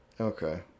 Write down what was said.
Okay